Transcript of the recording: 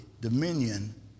dominion